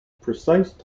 precise